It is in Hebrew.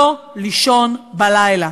לא לישון בלילה.